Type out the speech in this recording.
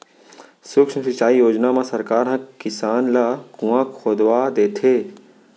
सुक्ष्म सिंचई योजना म सरकार ह किसान ल कुँआ खोदवा देथे